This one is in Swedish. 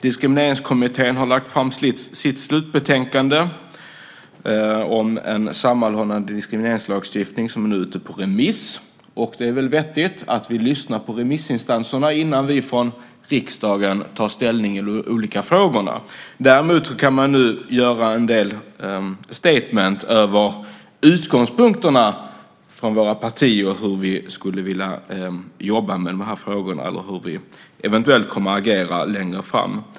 Diskrimineringskommittén har lagt fram sitt slutbetänkande om en sammanhållen diskrimineringslagstiftning som nu är ute på remiss. Det är väl vettigt att vi lyssnar på remissinstanserna innan vi från riksdagen tar ställning i de olika frågorna. Däremot kan man nu göra en del statement över partiernas utgångspunkter i hur man vill jobba i frågorna eller eventuellt kommer att agera längre fram.